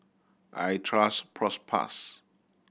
I trust Propass